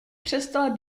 přestala